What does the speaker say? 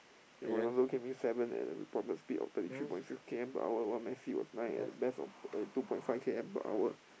and Ronaldo came in seven and reported speed of thirty three point six K_M per hour while Messi was nine at best of thirty two point five K_M per hour